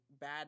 bad